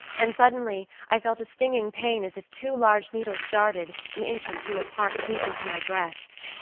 and suddenly i felt a stinging pain as if two large needles darted, an inch or two apart, deep into my breast.